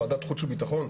ועדת חוץ וביטחון,